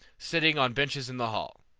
sitting on benches in the hall.